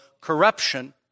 corruption